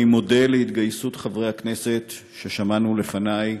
אני מודה על התגייסות חברי הכנסת ששמענו לפני,